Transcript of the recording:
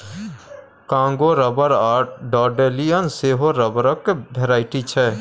Congo rubber आ dandelion सेहो रबरक भेराइटी छै